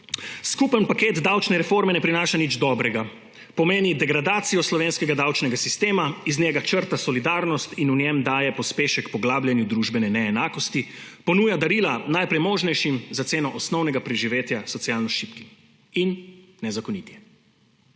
Skupni paket davčne reforme ne prinaša nič dobrega. Pomeni degradacijo slovenskega davčnega sistema, iz njega črta solidarnost in v njem daje pospešek poglabljanju družbene neenakosti, ponuja darila najpremožnejšim za ceno osnovnega preživetja socialno šibkih in je nezakonit.